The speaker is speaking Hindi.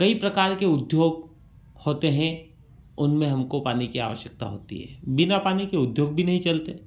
कई प्रकार के उद्योग होते हैं उनमें हमको पानी की आवश्कता होती है बिना पानी के उद्योग भी नहीं चलते